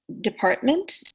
department